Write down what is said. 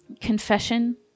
confession